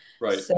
Right